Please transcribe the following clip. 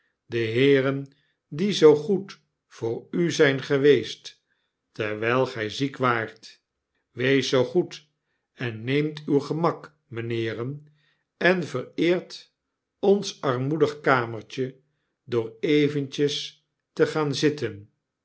de heeren die zoo goed voor u zyn geweest terwyl gy ziek waart weest zoo goed en neemt uw gemak meneeren en vereert ons armoedig kamertje door eventjes te gaan zitten